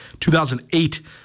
2008